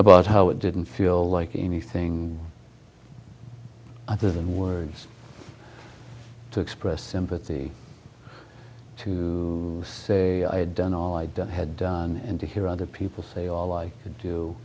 about how it didn't feel like anything other than words to express sympathy to say i had done all i had done and to hear other people say all i could do